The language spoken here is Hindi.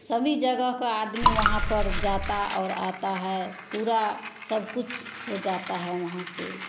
सभी जगह का आदमी वहाँ पर जाता और आता है पूरा सब कुछ हो जाता है वहाँ पे